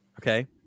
okay